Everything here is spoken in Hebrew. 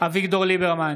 אביגדור ליברמן,